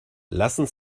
lassen